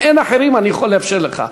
אם אין אחרים, אני יכול לאפשר לך.